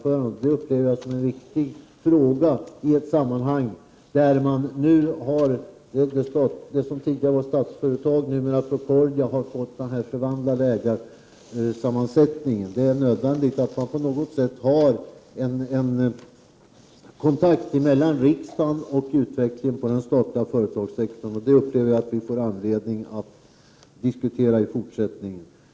Detta är något som jag upplever som en viktig fråga i ett sammanhang där det som tidigare var Statsföretag, numera Procordia, har fått en förvandlad ägarsammansättning. Det är nödvändigt att på något sätt ha kontakt mellan riksdagen och utvecklingen på den statliga företagssektorn, och detta upplever jag att vi får anledning att diskutera i fortsättningen.